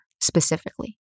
specifically